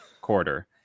quarter